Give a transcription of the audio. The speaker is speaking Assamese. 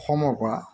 অসমৰপৰা